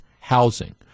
housing